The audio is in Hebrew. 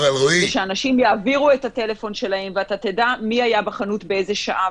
ושאנשים יעבירו את הטלפון שלהם ואתה תדע מי היה בחנות באיזו שעה,